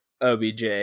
OBJ